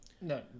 No